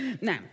now